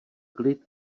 klid